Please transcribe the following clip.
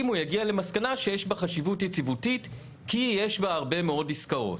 אם הוא יגיע למסקנה שיש בה חשיבות יציבותית כי יש בה הרבה מאוד עסקאות.